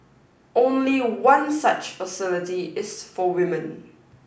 only one such facility is for women